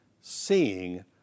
seeing